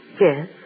Yes